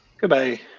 Goodbye